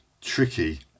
tricky